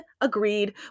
agreed